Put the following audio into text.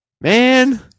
Man